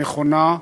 נכונה,